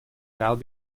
kyle